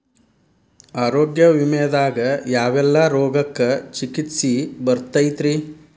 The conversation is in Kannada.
ಆರೋಗ್ಯ ವಿಮೆದಾಗ ಯಾವೆಲ್ಲ ರೋಗಕ್ಕ ಚಿಕಿತ್ಸಿ ಬರ್ತೈತ್ರಿ?